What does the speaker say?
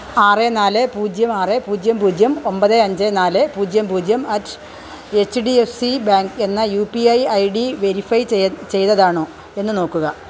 ആറ് നാല് പൂജ്യം ആറ് പൂജ്യം പൂജ്യം ഒൻപത് അഞ്ച് നാല് പൂജ്യം പൂജ്യം at H D F C bank എന്ന U P I I D verify ചെയ്ത് ചെയ്തതാണോ എന്ന് നോക്കുക